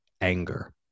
anger